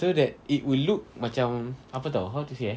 so that it will look macam apa [tau] how to say eh